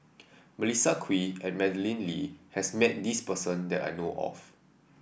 Melissa Kwee and Madeleine Lee has met this person that I know of